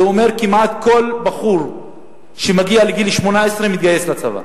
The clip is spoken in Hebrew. זה אומר שכמעט כל בחור שמגיע לגיל 18 מתגייס לצבא,